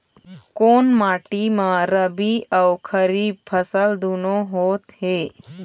कोन माटी म रबी अऊ खरीफ फसल दूनों होत हे?